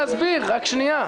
יש לו 30 נסיעות לכל כיוון.